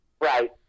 Right